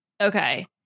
Okay